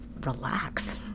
Relax